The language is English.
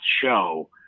show